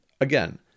Again